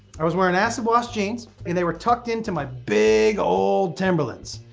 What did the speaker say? i was wearing acid wash jeans and they were tucked in to my big old timberlands.